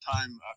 time